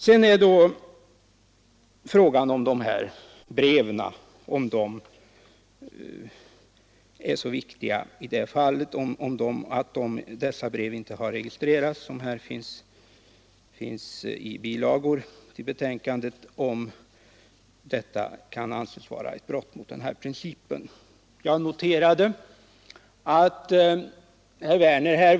Sedan är frågan, om de brev som redovisas i bilagor till betänkandet är så viktiga att det kan anses vara ett brott mot ifrågavarande princip att de inte har registrerats.